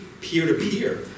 peer-to-peer